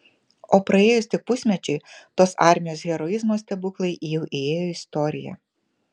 o praėjus tik pusmečiui tos armijos heroizmo stebuklai jau įėjo į istoriją